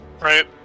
right